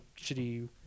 shitty